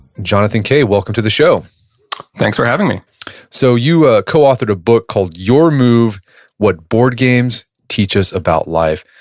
jonathan kay, welcome to the show thanks for having me so you ah co-authored a book called your move what board games teach us about life.